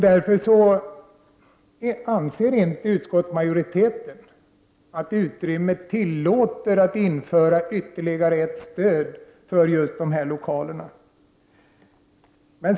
Därför anser utskottsmajoriteten inte att utrymmet tillåter införande av ytterligare ett stöd för just dessa lokaler.